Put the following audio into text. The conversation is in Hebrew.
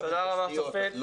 גם התשתיות,